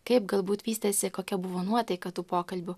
kaip galbūt vystėsi kokia buvo nuotaika tų pokalbių